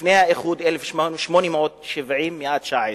לפני האיחוד ב-1870, המאה ה-19.